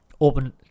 open